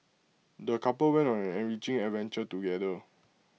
the couple went on an enriching adventure together